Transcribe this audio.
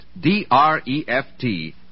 D-R-E-F-T